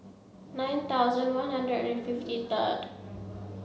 nine thousand one hundred and fifty third